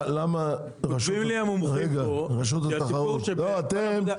למה --- רשות התחרות --- אתם,